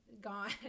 gone